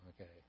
Okay